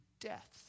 death